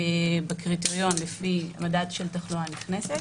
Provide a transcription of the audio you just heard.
בקריטריון לפי מדד של תחלואה נכנסת,